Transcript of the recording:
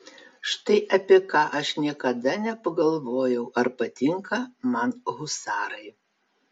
štai apie ką aš niekada nepagalvojau ar patinka man husarai